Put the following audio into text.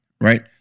Right